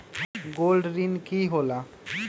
Gold ऋण की होला?